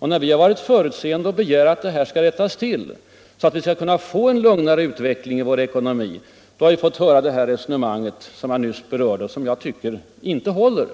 När man från vårt håll varit förutseende nog att begära att detta skulle rättas till, för att vi skulle kunna få en lugnare utveckling i vår ekonomi, har vi fått höra det resonemang finansministern nyss förde och som jag tycker inte håller.